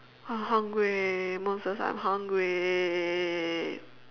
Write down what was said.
I hungry moses I'm hungry